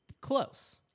Close